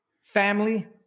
family